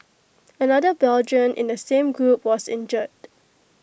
another Belgian in the same group was injured